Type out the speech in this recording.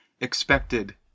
expected